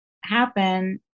happen